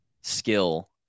skill